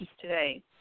today